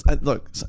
Look